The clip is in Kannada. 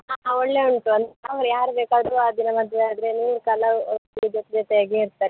ಹಾಂ ಒಳ್ಳೆ ಉಂಟು ಅಂದರೆ ಯಾರು ಬೇಕಾದರೂ ಆ ದಿನ ಮದುವೆ ಆದರೆ ನೂರು ಕಾಲ ಒಟ್ಟಿಗೆ ಜೊತೆಯಾಗಿ ಇರ್ತಾರೆ